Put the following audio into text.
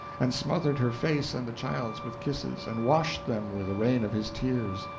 and smothered her face and the child's with kisses, and washed them with the rain of his tears.